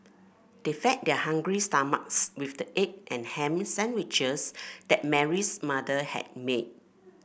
they fed their hungry stomachs with the egg and ham sandwiches that Mary's mother had made